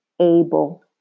able